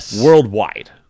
worldwide